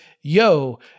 Yo